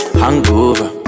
hangover